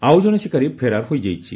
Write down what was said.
ଆଉଜଣେ ଶିକାରୀ ଫେରାର ହୋଇଯାଇଛି